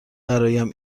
برایم